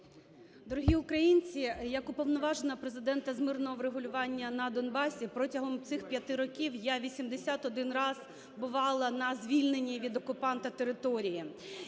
Дорогі українці! Як Уповноважена Президента з мирного врегулювання на Донбасі протягом цих 5 років я 81 раз бувала на звільненій від окупанта території.